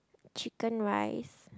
chicken rice